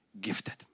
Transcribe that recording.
gifted